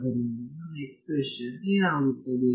ಆದ್ದರಿಂದ ನನ್ನ ಎಕ್ಸ್ಪ್ರೆಶನ್ ಏನಾಗುತ್ತದೆ